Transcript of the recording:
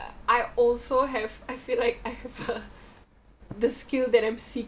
I also have I feel like I have uh the skill than I'm